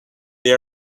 they